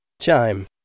Chime